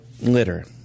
litter